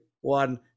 one